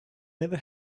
never